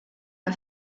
are